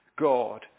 God